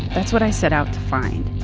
that's what i set out to find